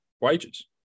wages